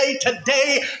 today